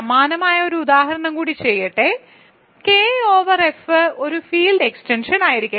സമാനമായ ഒരു ഉദാഹരണം കൂടി ചെയ്യട്ടെ കെ ഓവർ എഫ് ഒരു ഫീൽഡ് എക്സ്റ്റൻഷനായിരിക്കട്ടെ